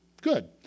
Good